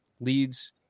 leads